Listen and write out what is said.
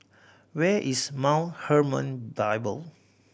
where is Mount Hermon Bible